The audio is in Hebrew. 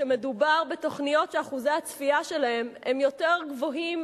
כשמדובר בתוכניות שאחוזי הצפייה שלהן יותר גבוהים